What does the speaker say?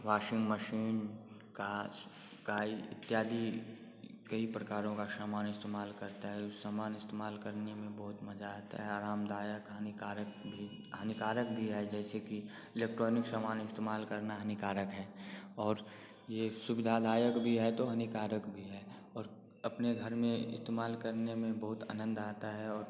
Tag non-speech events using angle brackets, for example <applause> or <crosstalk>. washing machine <unintelligible> इत्यादि कई प्रकारों का सामान इस्तेमाल करते हैं सामान इस्तेमाल करने में बहुत मज़ा आता है आरामदायक हानिकारक भी हानिकारक भी है जैसे कि इलेक्ट्रॉनिक सामान इस्तेमाल करना हानिकारक है और ये सुविधादायक भी है तो हानिकारक भी है और अपने घर में इस्तेमाल करने में बहुत आनंद आता है और